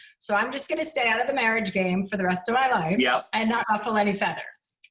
so i'm just gonna stay out of the marriage game for the rest of my life. yep. and not ruffle any feathers.